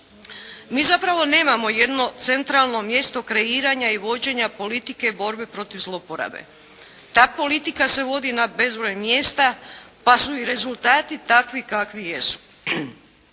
Mi zapravo nemamo jedno centralno mjesto kreiranja i vođenja politike borbe protiv zloporabe. Ta politika se vodi na bezbroj mjesta pa su i rezultati takvi kakvi jesu.